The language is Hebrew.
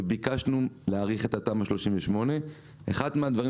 וביקשנו להאריך את תמ"א 38. אחד מהדברים